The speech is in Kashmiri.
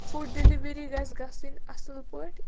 فُڈ ڈِلِؤری گژھِ گَژھٕنۍ اَصٕل پٲٹھۍ